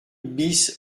bis